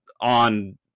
on